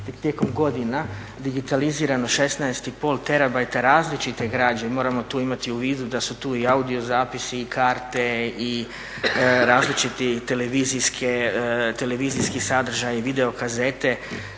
tijekom godina, digitalizirano 16,5 terabajta različite građe, mi moramo tu imati u vidu da su tu i audiozapisi i karte i različiti televizijski sadržaji, video kazete